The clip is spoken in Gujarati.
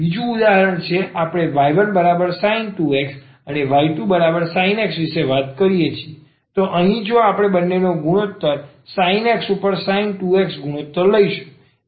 બીજું ઉદાહરણ છે કે આપણે y1sin 2x y2 sin x વિશે વાત કરી શકીએ છીએ તેથી અહીં જો આપણે અહીં ગુણોત્તર sin x ઉપર sin 2x ગુણોત્તર લઈશું